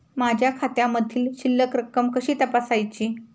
माझ्या खात्यामधील शिल्लक रक्कम कशी तपासायची?